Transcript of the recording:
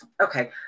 okay